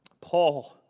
Paul